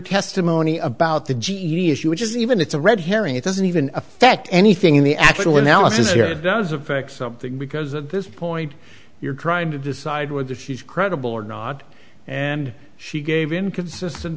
testimony about the g e issue which is even it's a red herring it doesn't even affect anything in the actual analysis here it does affect something because at this point you're trying to decide whether she's credible or not and she gave inconsistent